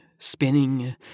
Spinning